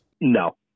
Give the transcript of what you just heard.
No